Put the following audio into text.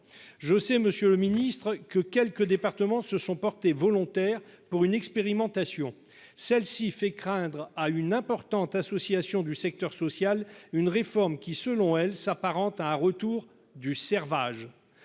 je sais, Monsieur le Ministre que quelques départements se sont portés volontaires pour une expérimentation, celle-ci fait craindre à une importante association du secteur social, une réforme qui, selon elle, s'apparente à un retour du servage